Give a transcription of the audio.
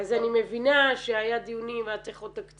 אז אני מבינה שהיו דיונים, היה צריך עוד תקציב.